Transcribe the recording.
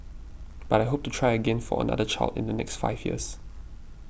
but I hope to try again for another child in the next five years